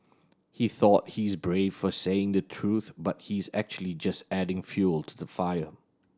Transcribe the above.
he thought he's brave for saying the truth but he's actually just adding fuel to the fire